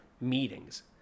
meetings